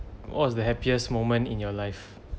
what's the happiest moment in your life